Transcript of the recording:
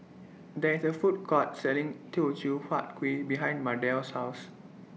There IS A Food Court Selling Teochew Huat Kuih behind Mardell's House